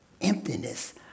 emptiness